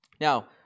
Now